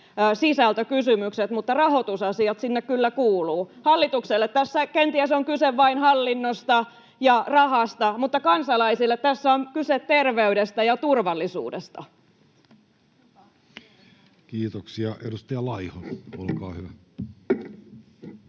sisältökysymykset, mutta rahoitusasiat sinne kyllä kuuluvat. Hallitukselle tässä kenties on kyse vain hallinnosta ja rahasta, mutta kansalaisille tässä on kyse terveydestä ja turvallisuudesta. Kiitoksia. — Edustaja Laiho, olkaa hyvä.